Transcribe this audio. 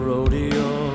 Rodeo